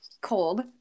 cold